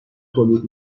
تولید